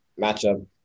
matchup